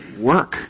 work